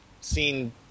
seen